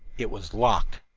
it was locked.